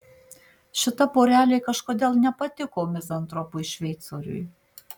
šita porelė kažkodėl nepatiko mizantropui šveicoriui